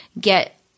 get